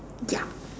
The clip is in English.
ya